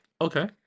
Okay